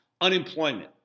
Unemployment